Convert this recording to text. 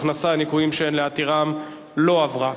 הכנסה (ניכויים שאין להתירם) לא עברה.